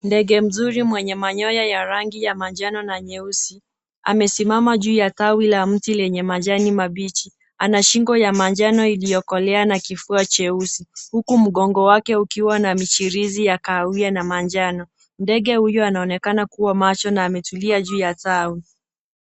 Ndege mzuri mwenye manyoya ya rangi ya manjano na nyeusi amesimama juu ya tawi la mti lenye majani mabichi, ana shingo ya manjano iliyokolea na kifua cheusi huku mgongo wake ukiwa na michirizi ya kawia na manjano ,ndege huyu anaonekana kuwa macho na ametulia juu ya zao.